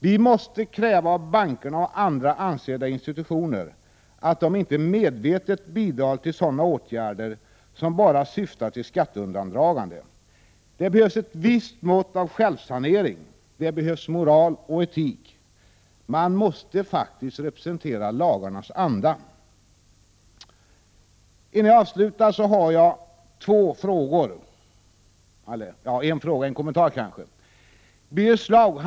Vi måste kräva av bankerna och andra ansedda institutioner att de inte medvetet bidrar till sådana åtgärder som bara syftar till skatteundandragande. Det behövs ett visst mått av självsanering. Det behövs moral och etik. Man måste faktiskt respektera lagarnas anda. Innan jag avslutar mitt anförande vill jag göra en kommentar till Birger Schlaugs anförande.